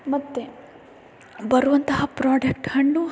ಮತ್ತು ಬರುವಂತಹ ಪ್ರಾಡಕ್ಟ್ ಹಣ್ಣು